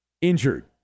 injured